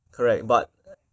correct but